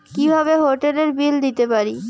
কিভাবে হোটেলের বিল দিতে পারি?